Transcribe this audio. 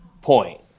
point